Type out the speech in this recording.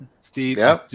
Steve